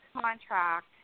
contract